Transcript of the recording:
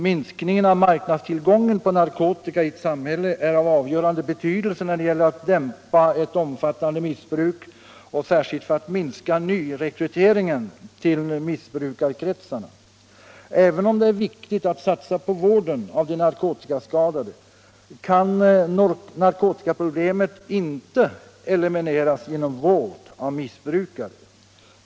Minskningen av marknadstillgången på narkotika i ett samhälle är av avgörande betydelse när det gäller att dämpa ett omfattande missbruk och särskilt för att minska nyrekryteringen till missbrukarkretsarna. Även om det är viktigt att satsa på vården av de narkotikaskadade kan narkotikaproblemet inte elimineras genom vård av missbrukare.